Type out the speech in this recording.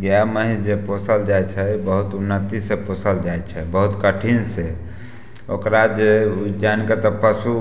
गाय महीस जे पोसल जाइ छै बहुत उन्नतिसँ पोसल जाइ छै बहुत कठिन से ओकरा जे जाइन कऽ तऽ पशु